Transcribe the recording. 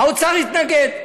האוצר התנגד.